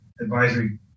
advisory